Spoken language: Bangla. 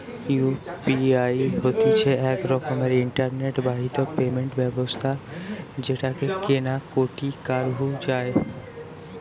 ইউ.পি.আই হতিছে এক রকমের ইন্টারনেট বাহিত পেমেন্ট ব্যবস্থা যেটাকে কেনা কাটি করাঢু যায়